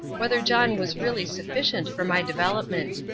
whether john was really sufficient for my development.